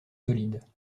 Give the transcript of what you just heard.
solides